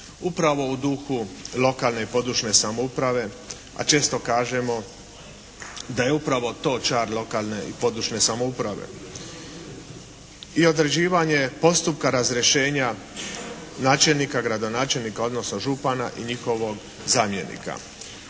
upravo u duhu lokalne i područne samouprave, a često kažemo da je upravo to čar lokalne i područne samouprave i određivanje postupka razrješenja načelnika, gradonačelnika, odnosno župana i njihovog zamjenika.